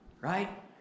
right